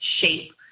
shape